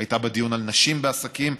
שהייתה בדיון על נשים בעסקים.